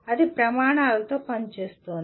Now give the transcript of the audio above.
అది ప్రమాణాలతో పనిచేస్తోంది